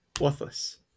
Worthless